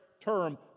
term